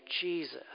Jesus